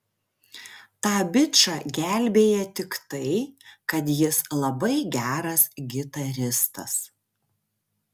tą bičą gelbėja tik tai kad jis labai geras gitaristas